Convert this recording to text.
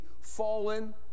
fallen